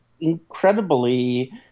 incredibly